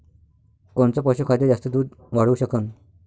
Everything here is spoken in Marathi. कोनचं पशुखाद्य जास्त दुध वाढवू शकन?